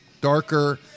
darker